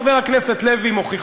חבר הכנסת לוי,